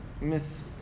Miss